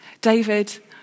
David